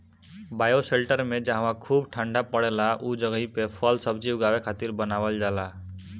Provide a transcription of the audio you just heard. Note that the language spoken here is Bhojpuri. बायोशेल्टर में जहवा खूब ठण्डा पड़ेला उ जगही पे फल सब्जी उगावे खातिर बनावल जाला